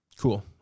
Cool